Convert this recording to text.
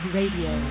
Radio